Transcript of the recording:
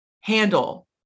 handle